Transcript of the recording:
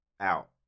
out